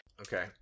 Okay